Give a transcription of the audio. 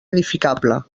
edificable